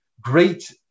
great